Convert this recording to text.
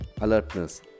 alertness